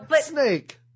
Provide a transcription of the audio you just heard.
Snake